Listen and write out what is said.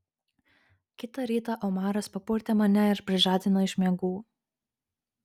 kitą rytą omaras papurtė mane ir prižadino iš miegų